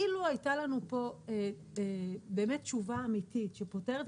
אילו הייתה לנו פה באמת תשובה אמיתית שפותרת